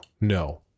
no